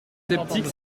sceptique